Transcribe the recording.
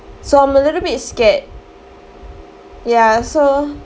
so I'm a little bit scared yeah so